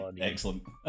excellent